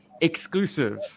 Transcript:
exclusive